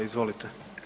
Izvolite.